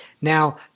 Now